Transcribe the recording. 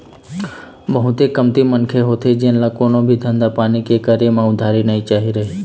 बहुते कमती मनखे होथे जेन ल कोनो भी धंधा पानी के करे म उधारी नइ चाही रहय